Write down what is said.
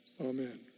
Amen